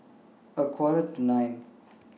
A Quarter to nine